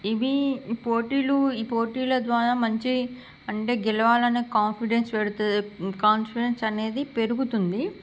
ఇవి ఈ పోటీలు ఈ పోటీల ద్వారా మంచి అంటే గెలవాలనే కాన్ఫిడెన్స్ పెడుతుంది కాన్ఫిడెన్స్ అనేది పెరుగుతుంది